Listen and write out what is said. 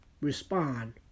Respond